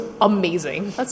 amazing